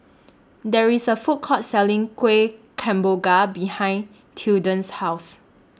There IS A Food Court Selling Kuih Kemboja behind Tilden's House